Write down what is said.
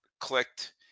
clicked